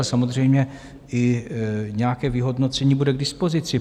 Samozřejmě i nějaké vyhodnocení bude k dispozici.